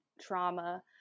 trauma